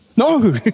no